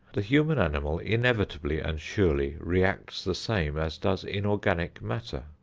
the human animal inevitably and surely reacts the same as does inorganic matter.